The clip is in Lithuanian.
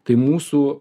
tai mūsų